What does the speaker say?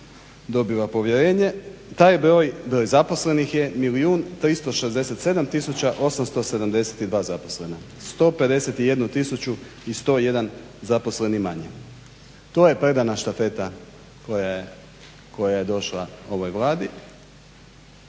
dobiva povjerenje taj broj zaposlenih je milijun 367 tisuća 872 zaposlena, 151101 zaposleni manje. To je predana štafeta koja je došla ovoj Vladi